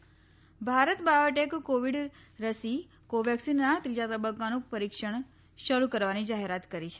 કો vaccine Bharat Biotech Covid રસી કો વેક્સિનના ત્રીજા તબક્કાનું પરીક્ષણ શરૂ કરવાની જાહેરાત કરી છે